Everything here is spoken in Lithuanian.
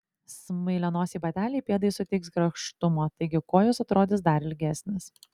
smailianosiai bateliai pėdai suteiks grakštumo taigi kojos atrodys dar ilgesnės